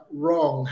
wrong